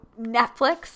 Netflix